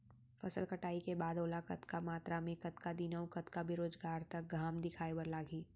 फसल कटाई के बाद ओला कतका मात्रा मे, कतका दिन अऊ कतका बेरोजगार तक घाम दिखाए बर लागही?